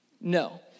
No